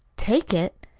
take it?